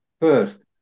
First